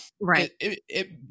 right